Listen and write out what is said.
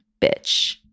bitch